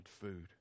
food